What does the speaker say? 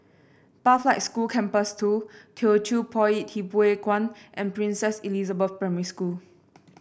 Pathlight School Campus Two Teochew Poit Ip Huay Kuan and Princess Elizabeth Primary School